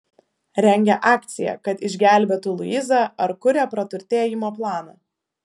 rengia akciją kad išgelbėtų luizą ar kuria praturtėjimo planą